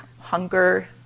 hunger